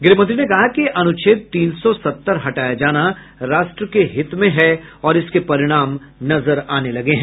गृहमंत्री ने कहा कि अनुच्छेद तीन सौ सत्तर हटाया जाना राष्ट्र के हित में है और इसके परिणाम नजर आने लगे हैं